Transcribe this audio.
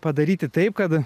padaryti taip kad